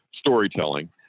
storytelling